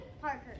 Parker